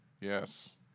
yes